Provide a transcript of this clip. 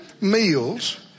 meals